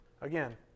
Again